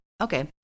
okay